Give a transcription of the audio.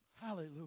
Hallelujah